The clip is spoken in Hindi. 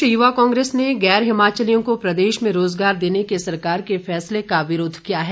प्रदेश युवा कांग्रेस ने गैर हिमाचलियों को प्रदेश में रोजगार देने के सरकार के फैसले का विरोध किया है